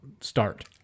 start